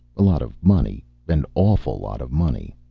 a lot of money an awful lot of money.